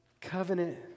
covenant